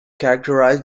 characterized